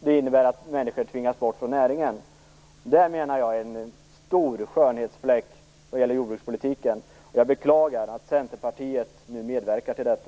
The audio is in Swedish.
Det innebär att människor tvingas bort från näringen, och det menar jag är en stor skönhetsfläck på jordbrukspolitiken. Jag beklagar att Centerpartiet nu medverkar till detta.